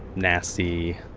nasty.